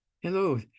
Hello